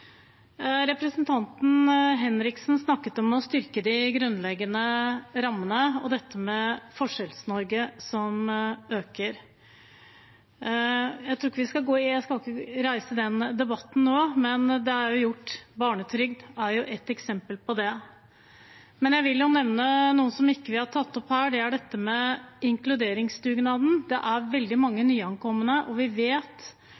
Representanten Henriksen snakket om å styrke de grunnleggende rammene og om dette med Forskjells-Norge som øker. Jeg skal ikke reise den debatten nå, men barnetrygd er jo et eksempel på det. Jeg vil nevne noe vi ikke har tatt opp her, det er inkluderingsdugnaden. Det er veldig mange nyankomne, og vi vet